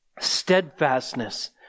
steadfastness